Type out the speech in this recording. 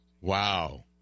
Wow